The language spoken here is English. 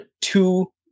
two